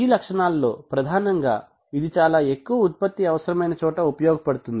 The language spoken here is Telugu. ఈ లక్షణాల్లో ప్రధానంగా ఇది చాలా ఎక్కువ ఉత్పత్తి అవసరమైన చోట ఉపయోగపడుతుంది